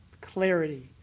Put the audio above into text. clarity